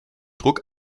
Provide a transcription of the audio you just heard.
druck